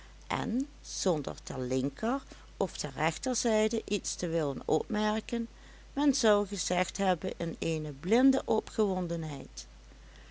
en zonder ter linker of ter rechter zijde iets te willen opmerken men zou gezegd hebben in eene blinde